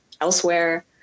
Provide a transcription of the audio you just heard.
elsewhere